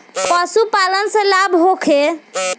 पशु पालन से लाभ होखे?